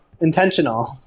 Intentional